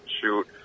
shoot